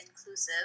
inclusive